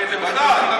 יובל,